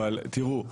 אבל תראו,